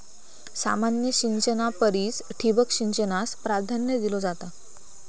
सामान्य सिंचना परिस ठिबक सिंचनाक प्राधान्य दिलो जाता